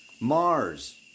Mars